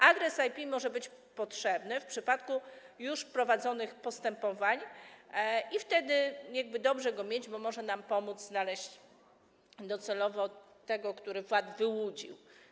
Adres IP może być potrzebny w przypadku już prowadzonych postępowań i wtedy dobrze go mieć, bo może nam pomóc znaleźć docelowo tego, który VAT wyłudził.